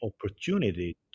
opportunity